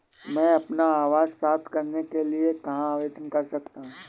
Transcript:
मैं अपना आवास प्राप्त करने के लिए कहाँ आवेदन कर सकता हूँ?